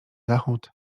zachód